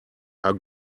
are